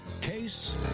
Case